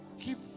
keep